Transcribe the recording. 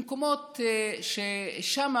במקומות ששם